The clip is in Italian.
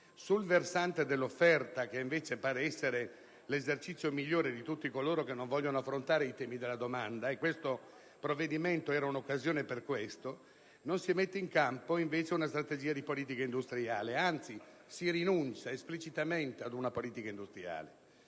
sul versante dell'offerta, che invece pare essere l'esercizio migliore di tutti coloro che non intendono affrontare i temi della domanda (e questo provvedimento era un'occasione in tal senso), non si mette in campo una strategia di politica industriale, anzi si rinuncia esplicitamente ad essa. Ma che cos'è la politica industriale?